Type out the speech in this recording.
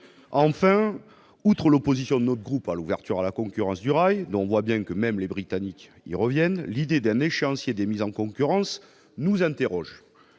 Outre l'opposition de notre groupe à l'ouverture du rail à la concurrence, dont on voit bien que même les Britanniques reviennent, l'idée même d'un échéancier pour les mises en concurrence nous interroge.